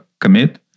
commit